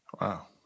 Wow